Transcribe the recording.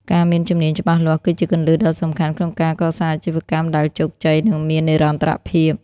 ការមានជំនាញច្បាស់លាស់ គឺជាគន្លឹះដ៏សំខាន់ក្នុងការកសាងអាជីវកម្មដែលជោគជ័យ និងមាននិរន្តរភាព។